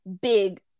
big